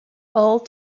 all